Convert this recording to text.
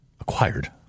acquired